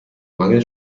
mangel